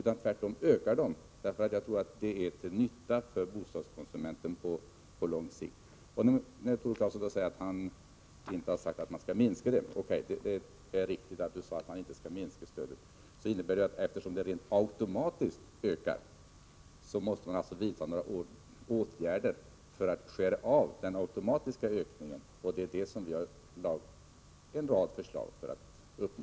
Jag tror att detta är till nytta för bostadskonsumenten på lång sikt. Det är riktigt att Tore Claeson inte har sagt att man skall minska stödet. Men eftersom det rent automatiskt ökar måste man vidta åtgärder för att ”skära av” den automatiska ökningen — och det är detta vi har väckt en rad förslag om.